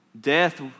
Death